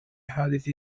حادث